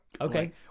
okay